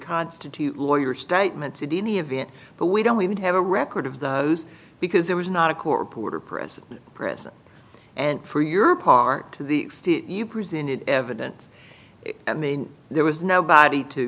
constitute lawyer statements in any event but we don't we would have a record of those because there was not a court reporter present prison and for your part to the extent you presented evidence i mean there was nobody to